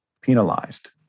penalized